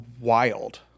Wild